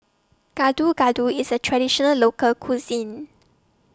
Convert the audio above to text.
Gado Gado IS A Traditional Local Cuisine